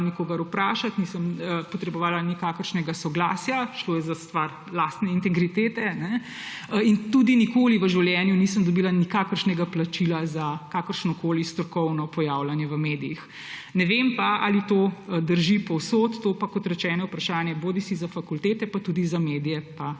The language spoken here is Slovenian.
nikogar vprašati, nisem potrebovala nikakršnega soglasja, šlo je za stvar lastne integritete, in tudi nikoli v življenju nisem dobila nikakršnega plačila za kakršnokoli strokovno pojavljanje v medijih. Ne vem pa, ali to drži povsod, to pa, kot rečeno, je vprašanje bodisi za fakultete in tudi za medije in